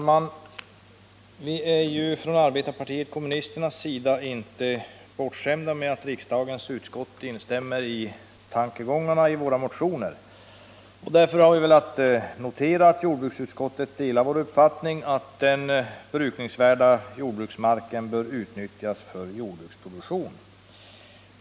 Herr talman! Vi är från arbetarpartiet kommunisternas sida inte bortskäm — Skötsel av jordda med att riksdagens utskott instämmer i tankegångarna i våra motioner. — bruksmark Därför noterar vi att jordbruksutskottet delar vår uppfattning att den brukningsvärda jordbruksmarken bör utnyttjas för jordbruksproduktion.